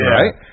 right